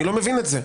אני לא מבין את זה.